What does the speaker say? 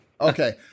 Okay